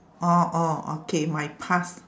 orh orh okay my past